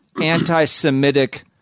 anti-Semitic